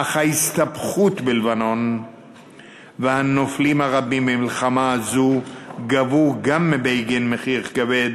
אך ההסתבכות בלבנון והנופלים הרבים במלחמה זו גבו גם מבגין מחיר כבד,